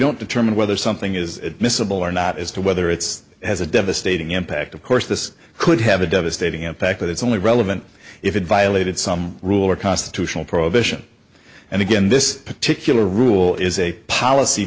don't determine whether something is missable or not as to whether it's has a devastating impact of course this could have a devastating impact but it's only relevant if it violated some rule or constitutional prohibition and again this particular rule is a policy